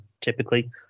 typically